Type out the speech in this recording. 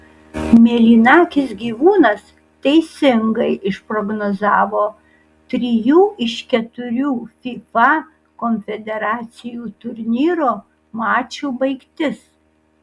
mėlynakis gyvūnas teisingai išprognozavo trijų iš keturių fifa konfederacijų turnyro mačų baigtis